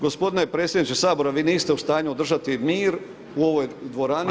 Gospodine predsjedniče Sabora, vi niste u stanju održati mir u ovoj dvorani…